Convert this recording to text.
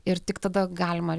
ir tik tada galima